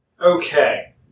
Okay